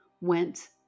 went